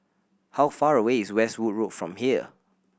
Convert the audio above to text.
how far away is Westwood Road from here